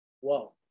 Whoa